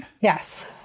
Yes